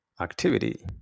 activity